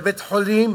בבית-החולים